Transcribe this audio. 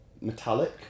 metallic